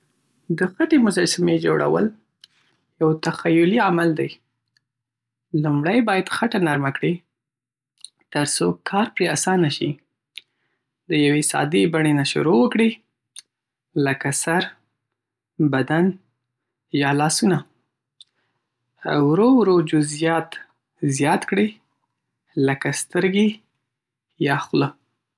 د خټو مجسمه جوړول یو تخیلي عمل دی. لومړی باید خټه نرمه کړئ ترڅو کار پرې آسانه شي. د یوې ساده بڼې نه شروع وکړئ، لکه سر، بدن یا لاسونه. ورو ورو جزئیات زیات کړئ، لکه سترګې یا خوله.